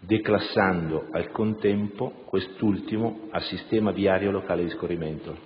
declassando al contempo quest'ultimo a sistema viario locale di scorrimento,